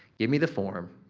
give me the form.